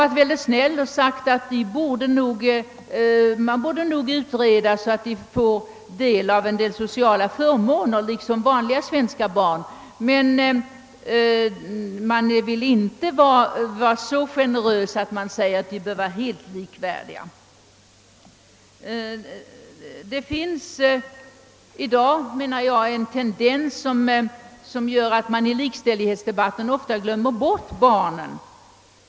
Man har visserligen varit så snäll att man har sagt att frågan nog borde utredas, så att dessa barn kunde få en del av de sociala förmåner som svenska barn erhåller, men man vill inte vara så generös att man medger att de bör vara helt likställda med dem. Det finns i dag en tendens att i likställighetsdebatten ofta glömma bort barnen.